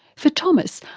for thomas,